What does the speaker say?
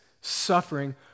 suffering